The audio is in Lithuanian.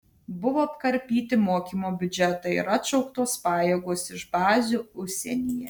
buvo apkarpyti mokymo biudžetai ir atšauktos pajėgos iš bazių užsienyje